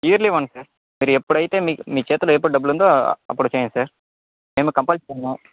yearly once sir ఎప్పుడైతే మీ చేతుల్లో ఎప్పుడు డబ్బులుంటే అప్పుడే చేయండి సార్ నేను కంపెల్ చేయను